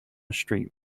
street